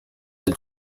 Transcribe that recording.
del